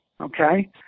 okay